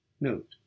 Note